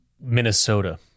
Minnesota